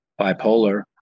bipolar